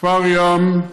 כפר ים,